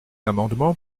amendement